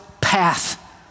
path